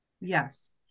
Yes